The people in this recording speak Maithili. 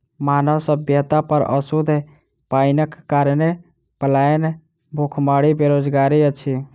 मानव सभ्यता पर अशुद्ध पाइनक कारणेँ पलायन, भुखमरी, बेरोजगारी अछि